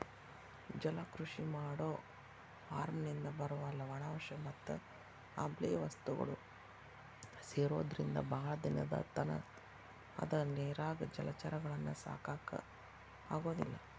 ಜಲಕೃಷಿ ಮಾಡೋ ಫಾರ್ಮನಿಂದ ಬರುವ ಲವಣಾಂಶ ಮತ್ ಆಮ್ಲಿಯ ವಸ್ತುಗಳು ಸೇರೊದ್ರಿಂದ ಬಾಳ ದಿನದತನ ಅದ ನೇರಾಗ ಜಲಚರಗಳನ್ನ ಸಾಕಾಕ ಆಗೋದಿಲ್ಲ